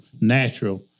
natural